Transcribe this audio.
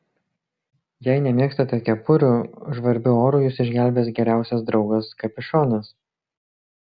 jei nemėgstate kepurių žvarbiu oru jus išgelbės geriausias draugas kapišonas